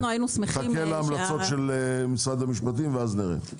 נחכה להמלצות של משרד המשפטים ואז נראה.